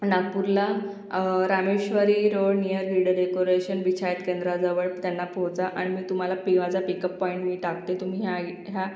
नागपूरला Rameshwari road near रिडं decoration बिछायत केंद्राजवळ त्यांना पोहचवा आणि मी तुम्हाला पि माझा पिकअप पॉईंट मी टाकते तुम्ही ह्या इ ह्या